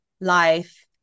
life